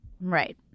Right